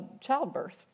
childbirth